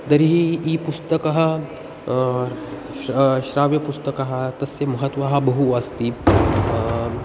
तर्हि ई पुस्तकं श्राव्यपुस्तकं तस्य महत्वं बहु अस्ति